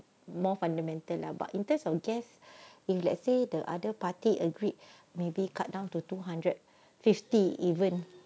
more fundamental lah but in terms of guest if let's say the other party agreed maybe cut down to two hundred fifty even